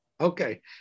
Okay